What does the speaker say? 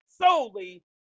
solely